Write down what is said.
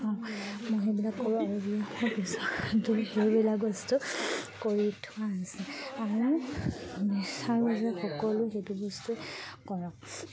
মই সেইবিলাক কৰোঁ আৰু বিয়া পিছত সেইবিলাক বস্তু কৰি থোৱা হৈছে আৰু আৰু যে সকলো সেইটো বস্তুৱেই কৰক